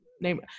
name